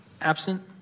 absent